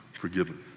forgiven